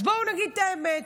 אז בואו נגיד את האמת.